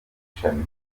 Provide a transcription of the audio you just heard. mwicanyi